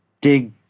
dig